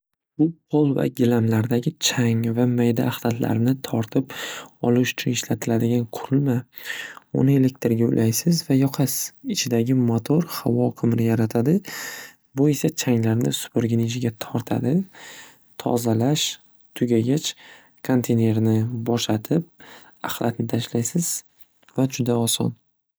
Bu po'l va gilamlardagi chang va mayda ahlatlarni tortib olish uchun ishlatiladigan qurilma. Uni elektrga ulaysiz va yoqasiz. Ichidagi mator havo oqimini yaratadi. Bu esa changlarni supurgini ichiga tortadi. Tozalash tugagach kontinerni bo'shatib ahlatni tashlaysiz va juda oson.